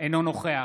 אינו נוכח